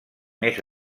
més